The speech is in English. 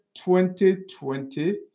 2020